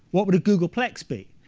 what would a googolplex be?